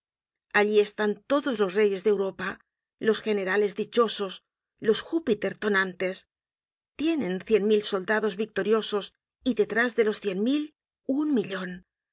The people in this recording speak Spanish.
allí están todos los reyes de europa los generales dichosos los júpiter tenantes tienen cien mil soldados victoriosos y detrás de los cien mil un millon